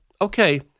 okay